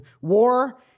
war